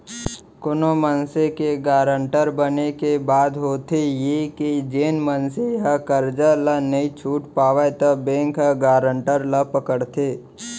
कोनो मनसे के गारंटर बने के बाद होथे ये के जेन मनसे ह करजा ल नइ छूट पावय त बेंक ह गारंटर ल पकड़थे